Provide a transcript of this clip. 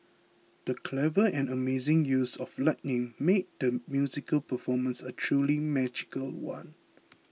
the clever and amazing use of lighting made the musical performance a truly magical one